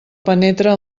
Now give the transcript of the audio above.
penetra